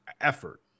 effort